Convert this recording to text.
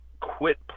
quit